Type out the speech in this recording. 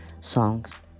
songs